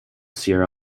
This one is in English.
sierra